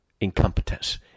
incompetence